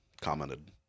commented